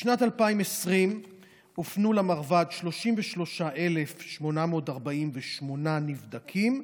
בשנת 2020 הופנו למרב"ד 33,848 נבדקים,